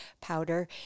powder